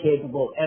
capable